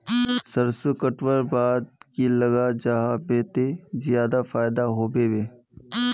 सरसों कटवार बाद की लगा जाहा बे ते ज्यादा फायदा होबे बे?